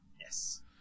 Yes